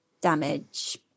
damage